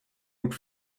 gut